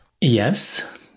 Yes